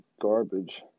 garbage